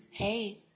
Hey